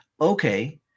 okay